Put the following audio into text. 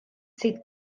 sydd